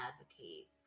advocate